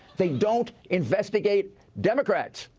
they don't investigate democrats.